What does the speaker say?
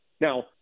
Now